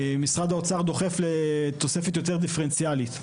משרד האוצר דוחף לתוספת יותר דיפרנציאלית.